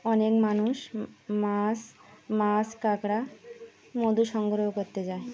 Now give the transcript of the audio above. অনেক মানুষ মাছ মাছ কাঁকড়া মধু সংগ্রহ করতে যায়